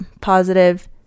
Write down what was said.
positive